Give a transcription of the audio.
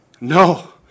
No